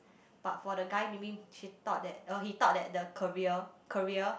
but for the guy maybe she thought that uh he thought that the career career